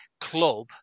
Club